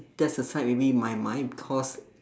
just aside maybe my mind because